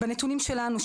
בנתונים שלנו,